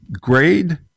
Grade